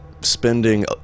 spending